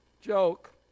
Joke